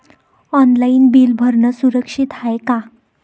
Online bill भरनं सुरक्षित हाय का?